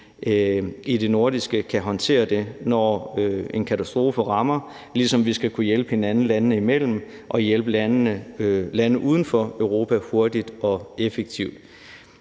i det nordiske kan håndtere det, når en katastrofe rammer, ligesom vi skal kunne hjælpe hinanden landene imellem og hjælpe lande uden for Europa hurtigt og effektivt.